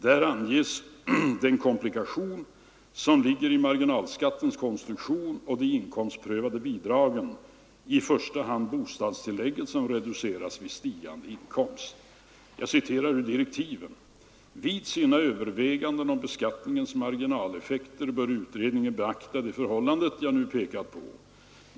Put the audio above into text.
Där anges den komplikation som ligger i marginalskattens och de inkomstprövade bidragens konstruktion, i första hand bostadstillägget som reduceras vid stigande inkomst. Jag citerar ur direktiven: ”Vid sina överväganden om beskattningens marginaleffekter bör utredningen beakta det förhållandet jag nu pekat på.